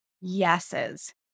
yeses